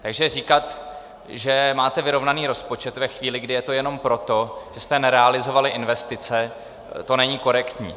Takže říkat, že máte vyrovnaný rozpočet, ve chvíli, kdy je to jenom proto, že jste nerealizovali investice, to není korektní.